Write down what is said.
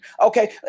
Okay